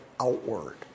outward